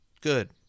good